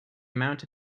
amount